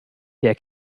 der